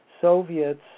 Soviets